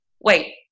wait